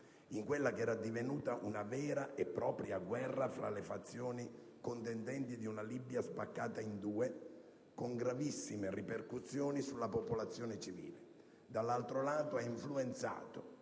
in quella che era divenuta una vera e propria guerra tra le fazioni contendenti di una Libia spaccata in due, con gravissime ripercussioni sulla popolazione civile; d'altro lato ad influenzare